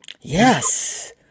Yes